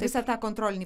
visą tą kontrolinį